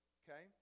okay